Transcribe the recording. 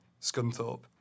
Scunthorpe